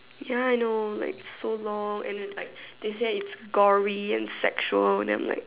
ya I know like so long and then like they say it's like gory and sexual then I'm like